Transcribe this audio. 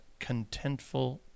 contentful